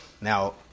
Now